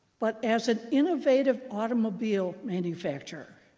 but as an innovative automobile manufacturer.